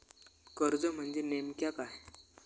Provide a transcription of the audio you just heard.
कर्ज म्हणजे नेमक्या काय?